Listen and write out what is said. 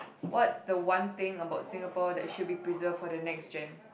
what's the one thing about Singapore that should be preserved for the next Gen